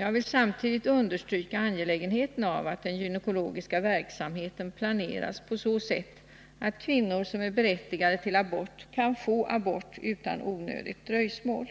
Jag vill samtidigt understryka angelägenheten av att den gynekologiska verksamheten planeras på så sätt att kvinnor som är berättigade till abort kan få abort utan onödigt dröjsmål.